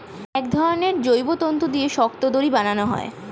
এক ধরনের জৈব তন্তু দিয়ে শক্ত দড়ি বানানো হয়